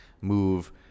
move